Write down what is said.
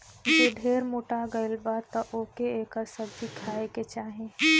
जे ढेर मोटा गइल बा तअ ओके एकर सब्जी खाए के चाही